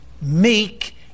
meek